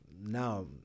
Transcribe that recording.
now